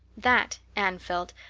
that, anne felt,